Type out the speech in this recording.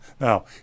Now